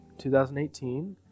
2018